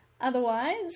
Otherwise